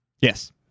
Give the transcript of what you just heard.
Yes